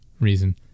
reason